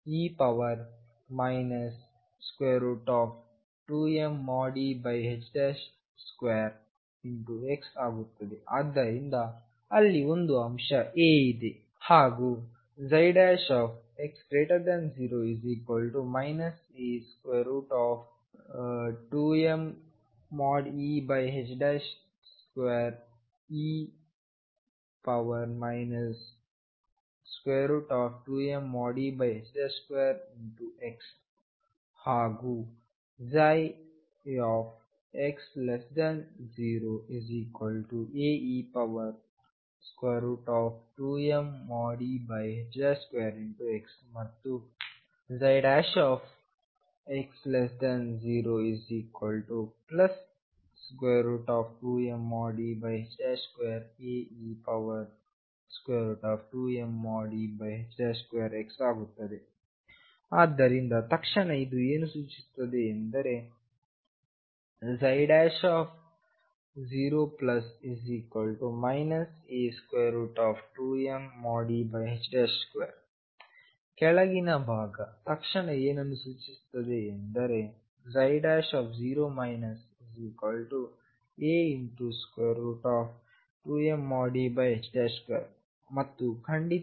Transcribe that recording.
ಈಗψx0 e 2mE2xಆಗುತ್ತದೆ ಆದ್ದರಿಂದ ಅಲ್ಲಿ ಒಂದು ಅಂಶ A ಇದೆ ಹಾಗೂx0 A2mE2e 2mE2x ಹಾಗೂx0Ae2mE2x ಮತ್ತುx02mE2Ae2mE2x ಆಗುತ್ತದೆ ಆದ್ದರಿಂದ ತಕ್ಷಣ ಇದು ಏನು ಸೂಚಿಸುತ್ತದೆ ಎಂದರೆ0 A2mE 2 ಕೆಳಗಿನ ಭಾಗ ತಕ್ಷಣ ಏನನ್ನು ಸೂಚಿಸುತ್ತದೆ ಎಂದರೆ0 A2mE2 ಮತ್ತು ಖಂಡಿತವಾಗಿψ